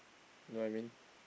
you know what I mean